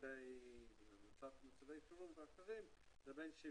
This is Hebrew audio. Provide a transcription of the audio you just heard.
כדי לקנות בין 70